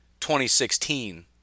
2016